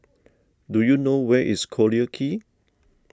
do you know where is Collyer Quay